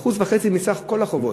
1.5% מסך כל החובות.